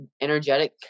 energetic